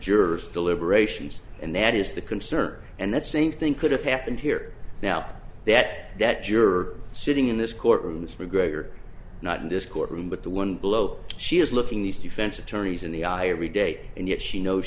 jurors deliberations and that is the concern and that same thing could have happened here now that that juror sitting in this courtroom this mcgregor not in this courtroom but the one below she is looking these defense attorneys in the eye every day and yet she knows